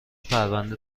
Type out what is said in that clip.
پرنده